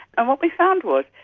and what we found was,